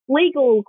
legal